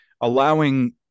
allowing